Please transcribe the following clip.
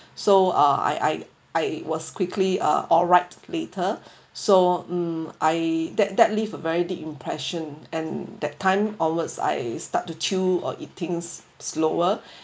so uh I I I was quickly uh alright later so mm I that that leave a very deep impression and that time onwards I start to chew or eating s~ slower